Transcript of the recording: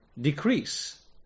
decrease